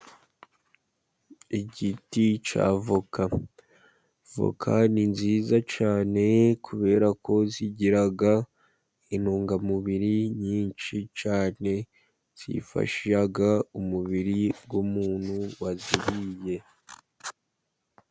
Igiti cy' avoka: Voka ni nziza cyane, kubera ko zigira intungamubiri nyinshi cyane zifasha umubiri w' umuntu waziriye.